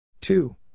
Two